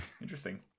Interesting